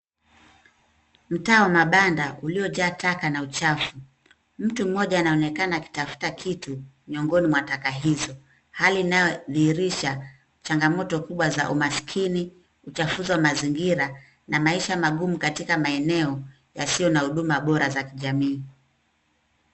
Mtaa wa mabanda uliojaa taka na uchafu. Mtu mmoja anaonekana akitafuta kitu miongoni mwa taka hizo. Hali inayodhihirisha changamoto kubwa za umaskini, uchafuzi wa mazingira na maisha magumu katika maeneo yasiyo na huduma bora za kijamii.